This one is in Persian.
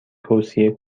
توصیه